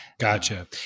Gotcha